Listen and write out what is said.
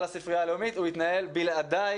הישיבה ננעלה